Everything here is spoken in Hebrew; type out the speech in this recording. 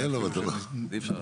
אי אפשר.